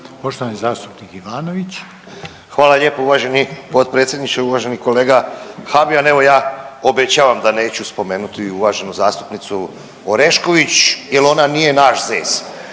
**Ivanović, Goran (HDZ)** Hvala lijepo uvaženi potpredsjedniče. Uvaženi kolega Habijan evo ja obećavam da neću spomenuti uvaženu zastupnicu Orešković jer ona nije naš zez,